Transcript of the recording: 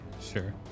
Sure